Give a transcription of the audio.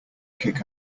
kick